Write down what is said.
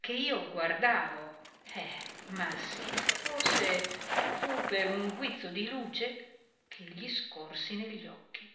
che io guardavo e ma sì forse fu per un guizzo di luce che gli scorsi negli occhi